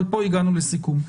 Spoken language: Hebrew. אבל פה הגענו לסיכום.